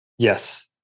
Yes